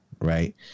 Right